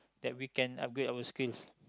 that we can upgrade our skills